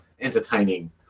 entertaining